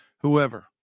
whoever